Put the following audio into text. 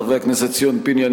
חברי הכנסת ציון פיניאן,